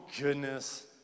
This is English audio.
goodness